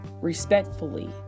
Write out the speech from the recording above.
respectfully